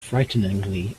frighteningly